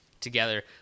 together